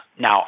Now